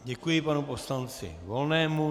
Děkuji panu poslanci Volnému.